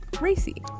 racy